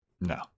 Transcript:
No